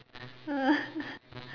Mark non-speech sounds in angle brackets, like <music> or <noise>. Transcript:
<laughs>